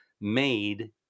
made